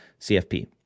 CFP